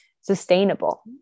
sustainable